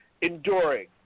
Enduring